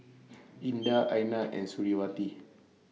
Indah Aina and Suriawati